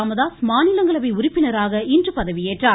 ராமதாஸ் மாநிலங்களவை உறுப்பினராக இன்று பதவியேற்றார்